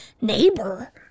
neighbor